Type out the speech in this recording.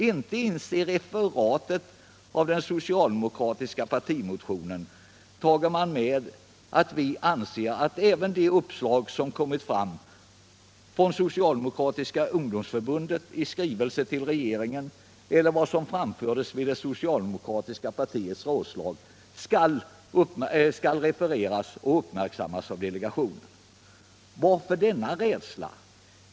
Inte ens i referatet av den socialdemokratiska partimotionen tar man med att vi anser att även de uppslag som kommit fram i Socialdemokratiska ungdomsförbundets skrivelse till regeringen och vad som framfördes vid socialdemokratiska partiets rådslag skall uppmärksammas av delegationen. Varför denna rädsla?